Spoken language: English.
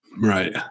Right